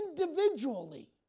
individually